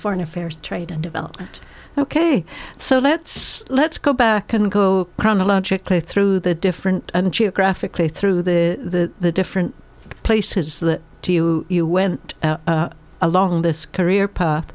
foreign affairs and trade and development ok so let's let's go back and go chronologically through the different and geographically through the different places that to you you went along this career path